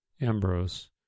Ambrose